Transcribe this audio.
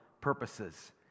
purposes